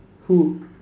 who